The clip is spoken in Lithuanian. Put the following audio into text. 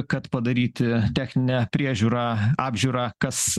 kad padaryti techninę priežiūrą apžiūrą kas